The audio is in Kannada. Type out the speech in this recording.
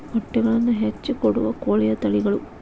ಮೊಟ್ಟೆಗಳನ್ನ ಹೆಚ್ಚ ಕೊಡುವ ಕೋಳಿಯ ತಳಿಗಳು